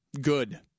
Good